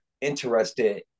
interested